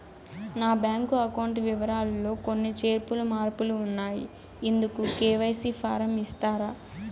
నా bank account వివరాలు లో కొన్ని చేర్పులు మార్పులు ఉన్నాయి, ఇందుకు కె.వై.సి ఫారం ఇస్తారా?